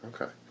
Okay